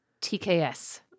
TKS